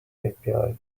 api